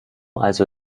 also